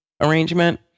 arrangement